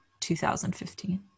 2015